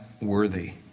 worthy